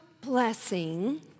blessing